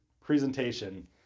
presentation